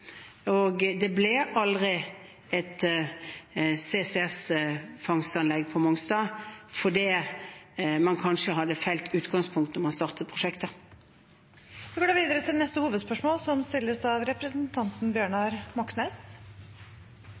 Det ble aldri et CCS-fangstanlegg på Mongstad, fordi man kanskje hadde feil utgangspunkt da man startet prosjektet. Vi går videre til neste hovedspørsmål.